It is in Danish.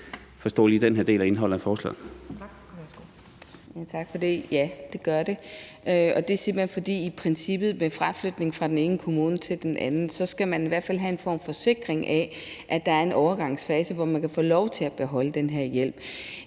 Charlotte Broman Mølbæk (SF): Tak for det. Ja, det gør de, og det er simpelt hen, fordi man i princippet ved en flytning fra den ene kommune til den anden i hvert fald skal have en form for sikring af, at der er en overgangsfase, hvor man kan få lov til at beholde den her hjælp.